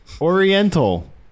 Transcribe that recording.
Oriental